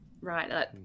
right